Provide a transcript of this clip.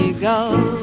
go,